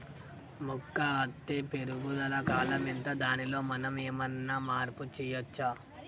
మొక్క అత్తే పెరుగుదల కాలం ఎంత దానిలో మనం ఏమన్నా మార్పు చేయచ్చా?